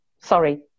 sorry